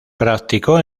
practicó